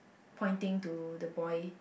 pointing to the boy